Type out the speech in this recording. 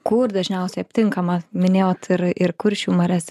kur dažniausiai aptinkama minėjot ir ir kuršių marias